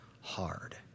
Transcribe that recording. hard